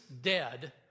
dead